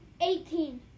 Eighteen